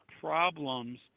problems